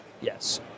Yes